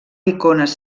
icones